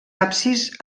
absis